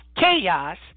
chaos